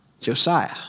Josiah